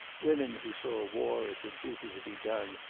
women who saw war as a duty to be done,